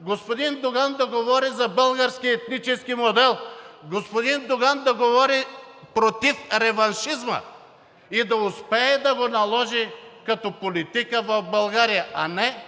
господин Доган да говори за български етнически модел, господин Доган да говори против реваншизма и да успее да го наложи като политика в България, а не